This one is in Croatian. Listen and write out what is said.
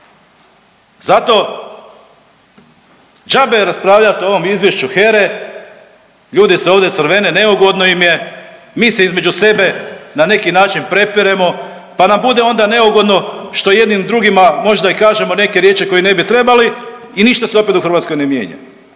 Zato džabe raspravljati o ovom izvješću HERA-e, ljudi se ovdje crvene, neugodno im je. Mi se između sebe na neki način prepiremo, pa nam bude onda neugodno što jedni drugima možda i kažemo neke riječi koje ne bi trebali i ništa se opet u Hrvatskoj ne mijenja.